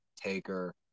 Taker